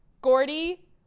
Gordy